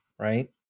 right